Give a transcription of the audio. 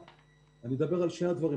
אני מדבר על שני הדברים,